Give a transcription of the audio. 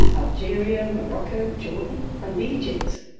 algeria, morocco, jordan and egypt.